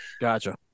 Gotcha